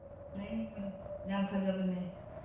ꯌꯥꯝ ꯐꯖꯕꯅꯦ